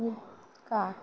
কাক